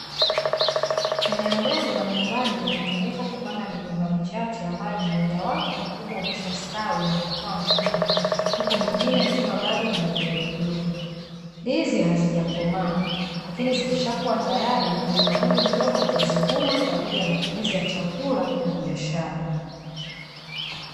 Eneo dogo la nyumbani limetumika kupanda migomba michache ambayo mmoja wapo mkubwa umeshastawi na kutoa mkungu huku mingine ikiwa bado ni midogomidogo, ndizi hazijakomaa lakini zikishakuwa tayari mkulima huyu mdogo atazivuna kwa ajili ya matumizi ya chakula na biashara.